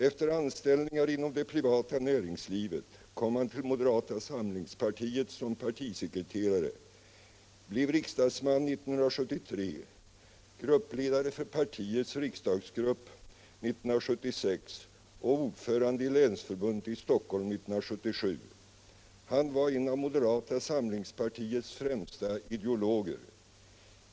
Efter anställningar inom det privata näringslivet kom han till moderata samlingspartiet som partisekreterare, blev riksdagsman 1973, gruppledare för partiets riksdagsgrupp 1976 och ordförande i länsförbundet i Stockholms län 1977. Han var en av moderata samlingspartiets främsta ideologer.